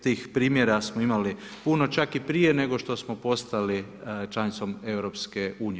Tih primjera smo imali puno čak i prije nego što smo postali članicom EU.